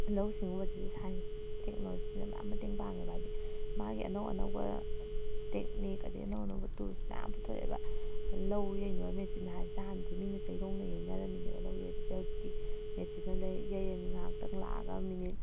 ꯂꯧꯎ ꯁꯤꯡꯎꯕꯁꯤꯗ ꯁꯥꯏꯟꯁ ꯇꯦꯛꯅꯣꯂꯣꯖꯤꯅ ꯃꯌꯥꯝ ꯃꯇꯦꯡ ꯄꯥꯡꯉꯦꯕ ꯍꯥꯏꯗꯤ ꯃꯥꯒꯤ ꯑꯅꯧ ꯑꯅꯧꯕ ꯇꯦꯛꯅꯤꯛ ꯑꯗꯨꯗꯩ ꯑꯅꯧ ꯑꯅꯧꯕ ꯇꯨꯜꯁ ꯃꯌꯥꯝ ꯄꯨꯊꯣꯛꯂꯛꯑꯦꯕ ꯂꯧ ꯌꯩꯅꯕ ꯃꯦꯆꯤꯟ ꯍꯥꯏꯔꯁꯤ ꯍꯥꯟꯅꯗꯤ ꯃꯤꯅ ꯆꯩꯔꯣꯡꯅ ꯌꯩꯅꯔꯝꯃꯤꯅꯦꯕ ꯂꯧ ꯌꯩꯕꯁꯦ ꯍꯧꯖꯤꯛꯇꯤ ꯃꯦꯆꯤꯟꯅ ꯌꯩꯔꯅꯤ ꯉꯥꯏꯍꯥꯛꯇꯪ ꯂꯥꯛꯑꯒ ꯃꯤꯅꯤꯠ